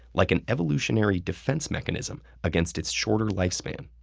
like an evolutionary defense mechanism against its shorter lifespan.